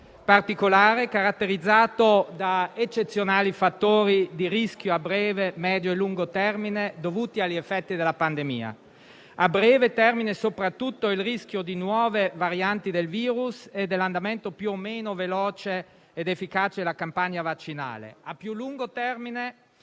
particolare e caratterizzato da eccezionali fattori di rischio a breve, medio e lungo termine dovuti agli effetti della pandemia. Un rischio a breve termine è soprattutto quello di nuove varianti del virus e quello connesso all'andamento più o meno veloce ed efficace della campagna vaccinale; più a lungo termine